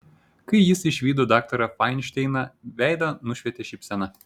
kai jis išvydo daktarą fainšteiną veidą nušvietė šypsena